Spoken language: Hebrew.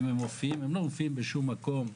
הם לא מופיעים בשום מקום.